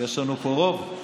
יש לנו פה רוב?